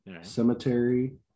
cemetery